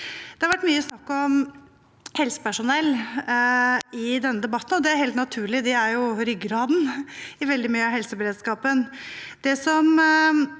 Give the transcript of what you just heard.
Det har vært mye snakk om helsepersonell i denne debatten, og det er helt naturlig. De er jo ryggraden i veldig mye av helseberedskapen.